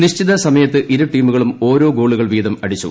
നിശ്ചിത സമയത്ത് ഇരു ടീമുകളും ഓരോ ഗോളുകൾ വീതം അടിച്ചു